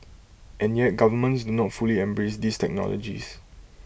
and yet governments do not fully embrace these technologies